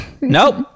Nope